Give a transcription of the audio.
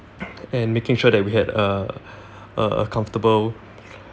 and making sure that we had a a comfortable